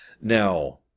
now